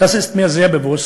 אני יודע שזה לא מובן